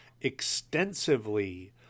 extensively